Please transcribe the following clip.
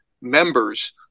members